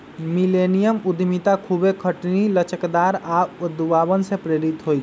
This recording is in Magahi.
मिलेनियम उद्यमिता खूब खटनी, लचकदार आऽ उद्भावन से प्रेरित हइ